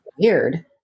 weird